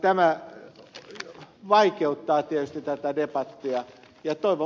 tämä vaikeuttaa tietysti tätä debattia